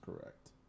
correct